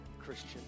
Christian